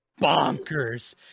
bonkers